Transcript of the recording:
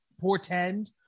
portend